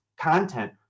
content